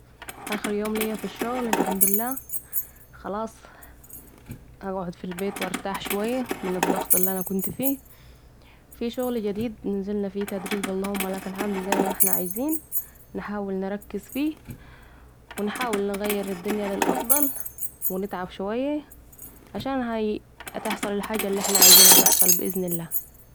اخر يوم ليا في الشغل الحمدلله... خلاص هقعد في البيت و ارتاح شويه من الضغط الي أنا كنت فيه ...في شغل جديد نزلنا فيه تدريب اللهم لك الحمد زي م احنا عايزين... نحاول نركز فيه و نحاول نغير الدنيا للأفضل ونتعب شوية علشان هتحصل الحاجة الي إحنا عايزينها تحصل بأذن الله